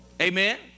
Amen